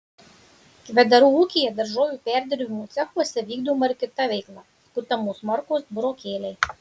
kvedarų ūkyje daržovių perdirbimo cechuose vykdoma ir kita veikla skutamos morkos burokėliai